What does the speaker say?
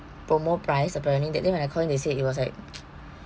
promo price apparently that day when I called in they say it was like